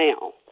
now